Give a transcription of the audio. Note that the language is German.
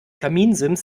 kaminsims